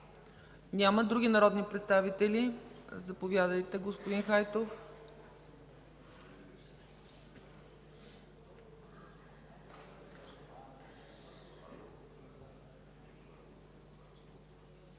Няма. Други народни представители? Заповядайте, господин Хайтов.